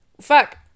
Fuck